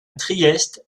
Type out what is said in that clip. trieste